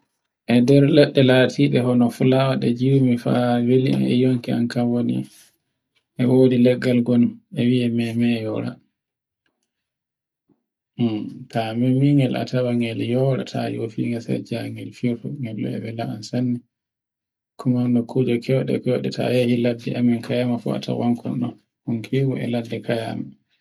E nder leɗɗe latiɗe hono fulawa ɗe jiwmi faa welian e yonki an kan woni. E wodi leggal ngal e wia memeyora. Ta memingel a tawan ngel yora ta yofi ngel sai njia ngel firto e welan sanne. Ko mauna nokkuje kewɗe ta koyɗe ta yehi ladde amin, kayanmi atawan kondon kon kewu e ladde kayam.